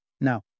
Now